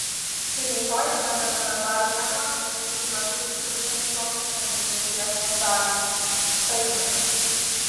rytoj pradedame dar vieną visus metus truksiančios renginių fiestos dalį staigmenas